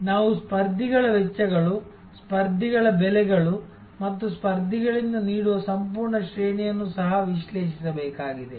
ನಾವು ಸ್ಪರ್ಧಿಗಳ ವೆಚ್ಚಗಳು ಸ್ಪರ್ಧಿಗಳ ಬೆಲೆಗಳು ಮತ್ತು ಪ್ರತಿಸ್ಪರ್ಧಿಗಳಿಂದ ನೀಡುವ ಸಂಪೂರ್ಣ ಶ್ರೇಣಿಯನ್ನು ಸಹ ವಿಶ್ಲೇಷಿಸಬೇಕಾಗಿದೆ